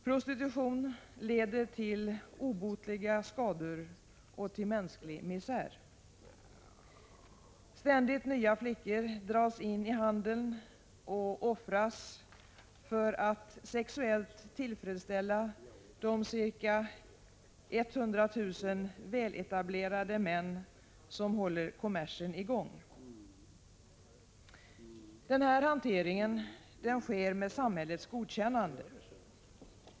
Prostitution leder till obotliga skador och till mänsklig misär. Ständigt nya flickor dras in i handeln och offras för att sexuellt tillfredsställa de ca 100 000 väletablerade män som håller kommersen i gång. Denna hantering sker med samhällets godkännande.